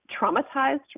traumatized